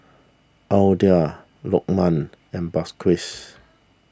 Aidil Lokman and